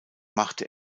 machte